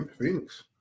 Phoenix